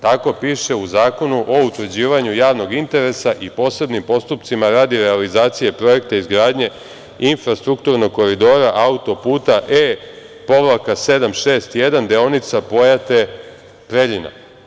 Tako piše u Zakonu o utvrđivanju javnog interesa i posebnim postupcima radi realizacije Projekta izgradnje infrastrukturnog koridora autoputa E-761, deonica Pojate-Preljina.